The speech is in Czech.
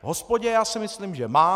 V hospodě si myslím, že má.